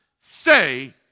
say